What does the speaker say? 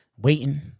Waiting